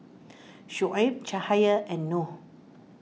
Shoaib Cahaya and Noh